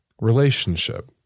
relationship